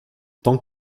tant